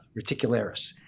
reticularis